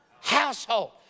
household